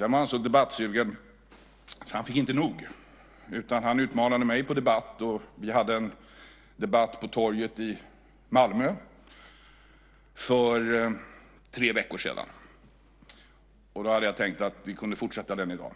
Han var så debattsugen att han inte fick nog utan utmanade mig på debatt. Vi hade en debatt på torget i Malmö för tre veckor sedan. Jag hade tänkt att vi kunde fortsätta den i dag.